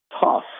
tough